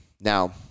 Now